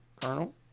Colonel